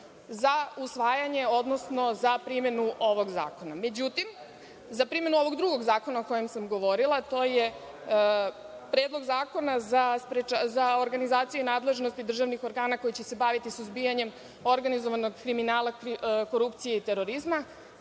za usvajanja, odnosno za primenu ovog zakona. Međutim, za primenu ovog drugog zakona o kojem sam govorila, a to je Predlog zakona o organizaciji i nadležnosti državnih organa koji će se baviti suzbijanjem organizovanog kriminala, korupcije, terorizma,